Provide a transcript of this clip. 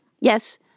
Yes